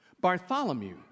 Bartholomew